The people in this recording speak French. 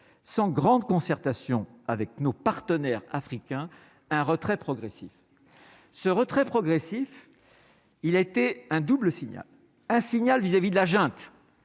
sans grande concertation avec nos partenaires africains un retrait progressif ce retrait progressif, il a été un double signal, un signal vis-à-vis de la junte,